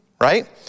right